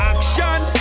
Action